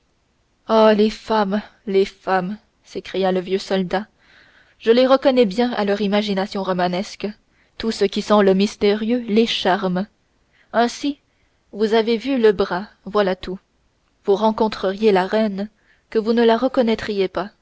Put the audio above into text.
oh les femmes les femmes s'écria le vieux soldat je les reconnais bien à leur imagination romanesque tout ce qui sent le mystérieux les charme ainsi vous avez vu le bras voilà tout vous rencontreriez la reine que vous ne la reconnaîtriez pas